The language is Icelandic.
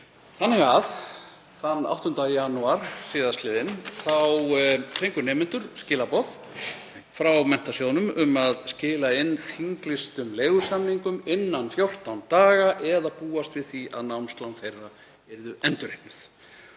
Þannig að þann 8. janúar síðastliðinn fengu nemendur skilaboð frá Menntasjóði um að skila inn þinglýstum leigusamningum innan 14 daga eða búast við því að námslán þeirra yrðu endurreiknuð.